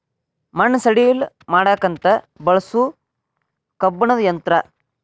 ಮಣ್ಣ ಸಡಿಲ ಮಾಡಾಕಂತ ಬಳಸು ಕಬ್ಬಣದ ಯಂತ್ರಾ